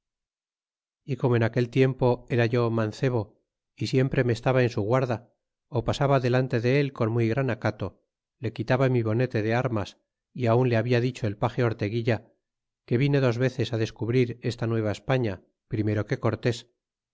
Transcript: y como en aquel tiempo era yo mancebo y siempre que estaba en su guarda pasaba delante del con muy gran acato le quitaba mi bonete de armas y aun le habia dicho el page orteguilla que vine dos veces á descubrir esta nueva españa primero que cortés